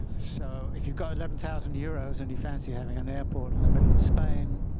so if you've got eleven thousand euros and you fancy having an airport in the middle of spain,